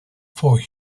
for